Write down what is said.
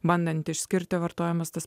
bandant išskirti vartojamas tas